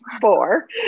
four